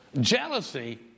Jealousy